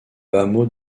hameau